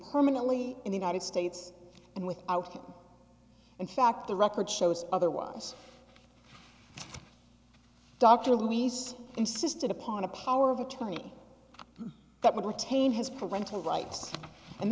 permanently in the united states and without him in fact the record shows otherwise dr luis insisted upon a power of attorney that would retain his parental rights and